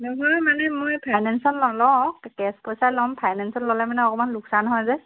নহয় মানে মই ফাইনেন্সত নলওঁ কেছ পইচাত ল'ম ফাইনেন্সত ল'লে মানে অকমান লোকচান হয় যে